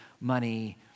money